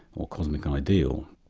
or cosmic ideal.